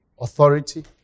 Authority